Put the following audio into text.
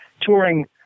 touring